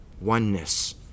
Oneness